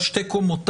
על שתי קומותיו.